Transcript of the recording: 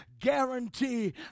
guarantee